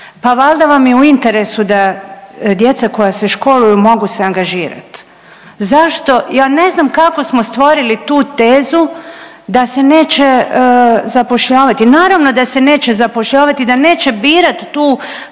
pa valjda vam je u interesu da djeca koja se školuju mogu se angažirati. Zašto ja ne znam kako smo stvorili tu tezu da se neće zapošljavati? Naravno da se neće zapošljavati, da neće birati tu